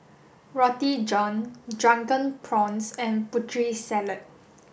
Roti John Drunken Prawns and Putri Salad